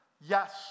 Yes